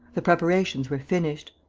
the preparations were finished.